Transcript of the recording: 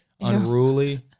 unruly